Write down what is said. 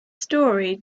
story